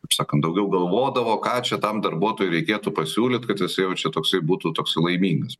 kaip sakant daugiau galvodavo ką čia tam darbuotojui reikėtų pasiūlyt kad jis jau čia toksai būtų toks laimingas